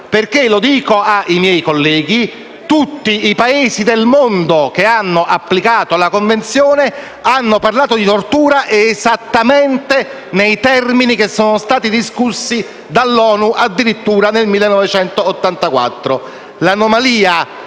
italiana. Dico ai miei colleghi che tutti i Paesi del mondo che hanno applicato la Convenzione hanno parlato di tortura esattamente nei termini che sono stati discussi dall'ONU addirittura nel 1984. L'anomalia